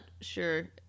sure